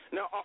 Now